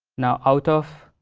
now, out of